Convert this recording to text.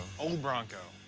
old bronco,